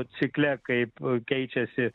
cikle kaip keičiasi